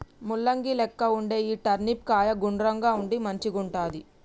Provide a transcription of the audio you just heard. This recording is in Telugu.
ముల్లంగి లెక్క వుండే ఈ టర్నిప్ కాయ గుండ్రంగా ఉండి మంచిగుంటది